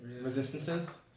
Resistances